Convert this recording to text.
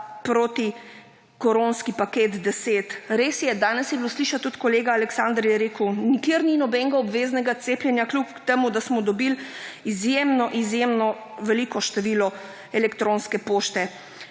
protikoronski paket 10? Res je, danes je bilo slišati od kolega, Aleksander je rekel, nikjer ni nobenega obveznega cepljenja klub temu, da smo dobili izjemno izjemno veliko število elektronske pošte.